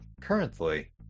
currently